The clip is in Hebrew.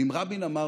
ואם רבין אמר,